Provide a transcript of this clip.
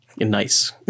nice